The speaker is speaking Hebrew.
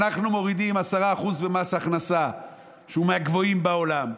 אנחנו מורידים 10% במס הכנסה שהוא מהגבוהים בעולם,